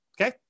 Okay